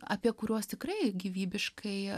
apie kuriuos tikrai gyvybiškai